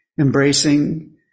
embracing